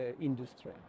industry